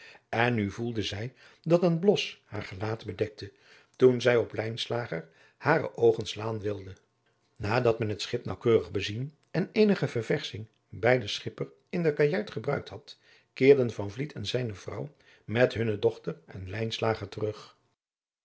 en nu voelde zij dat een blos haar gelaat bedekte toen zij op lijnslager hare oogen slaan wilde nadat men het schip naauwkeurig bezien en eenige verversching bij den schipper in de kajuit gebruikt had keerden van vliet en zijne adriaan loosjes pzn het leven van maurits lijnslager vrouw met hunne dochter en lijnslager terug